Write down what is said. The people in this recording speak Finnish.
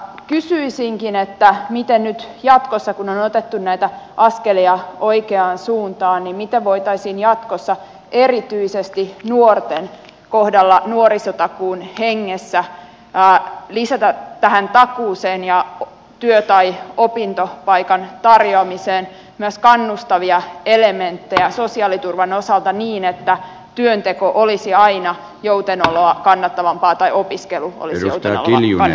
kysyisinkin miten nyt jatkossa kun on otettu näitä askelia oikeaan suuntaan voitaisiin erityisesti nuorten kohdalla nuorisotakuun hengessä lisätä tähän takuuseen ja työ tai opintopaikan tarjoamiseen myös kannustavia elementtejä sosiaaliturvan osalta niin että työnteko olisi aina joutenoloa kannattavampaa tai opiskelu olisi joutenoloa kannattavampaa